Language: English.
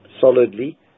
solidly